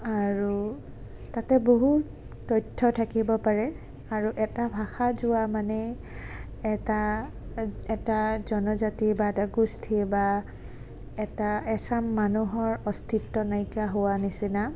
আৰু তাতে বহুত তথ্য থাকিব পাৰে আৰু এটা ভাষা যোৱা মানেই এটা এটা জনজাতি বা এটা গোষ্ঠী বা এটা এচাম মানুহৰ অস্তিত্ব নাইকিয়া হোৱাৰ নিচিনা